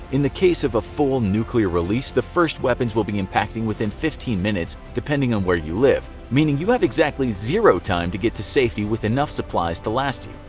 in the case of a full nuclear release, the first weapons will be impacting within fifteen minutes depending on where you live meaning you have exactly zero time to get to safety with enough supplies to last you.